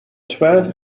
twelve